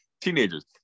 teenagers